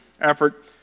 effort